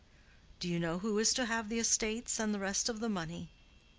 do you know who is to have the estates and the rest of the money?